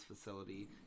facility